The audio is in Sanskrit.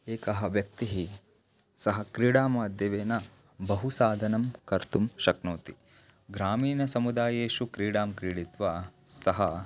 एकः व्यक्तिः सः क्रीडामाध्यमेन बहु साधनं कर्तुं शक्नोति ग्रामीणसमुदायेषु क्रीडां क्रीडित्वा सः